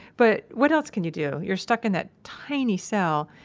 but what else can you do? you're stuck in that tiny cell,